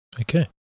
Okay